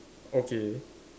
okay